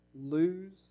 lose